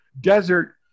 desert